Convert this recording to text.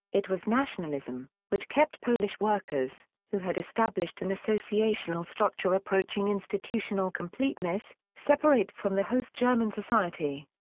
it was nationalism, which kept polish workers, who had established an associational structure approaching institutional completeness, separate from the host german society.